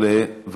(החלפות בוועדות קלפי בין אזורי בחירות),